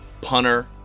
punter